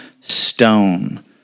stone